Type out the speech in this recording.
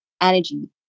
energy